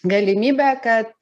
galimybe kad